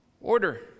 Order